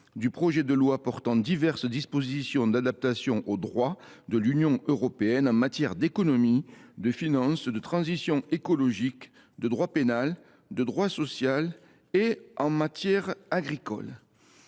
du projet de loi portant diverses dispositions d’adaptation au droit de l’Union européenne en matière d’économie, de finances, de transition écologique, de droit pénal, de droit social et en matière agricole